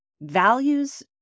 values